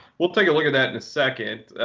we'll take a look at that in a second.